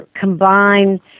combine